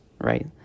right